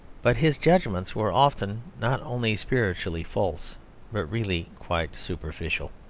but his judgments were often not only spiritually false, but really quite superficial.